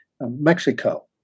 Mexico